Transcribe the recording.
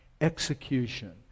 Execution